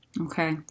Okay